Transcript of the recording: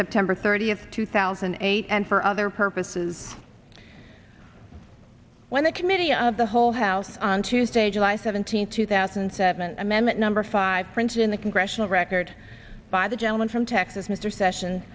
september thirtieth two thousand and eight and for other purposes when the committee of the whole house on tuesday july seventeenth two thousand and seven amendment number five printed in the congressional record by the gentleman from texas mr sessions